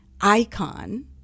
icon